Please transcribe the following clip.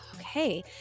okay